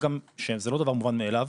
זה לא דבר מובן מאליו.